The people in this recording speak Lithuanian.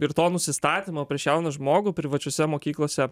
ir to nusistatymo prieš jauną žmogų privačiose mokyklose